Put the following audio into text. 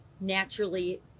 naturally